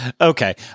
Okay